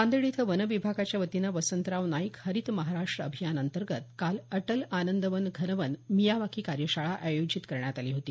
नांदेड इथं वनविभागाच्या वतीनं वसंतराव नाईक हरित महाराष्ट अभियान अंतर्गत काल अटल आनंदवन घनवन मियावाकी कार्यशाळा आयोजित करण्यात आली होती